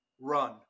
run